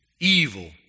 evil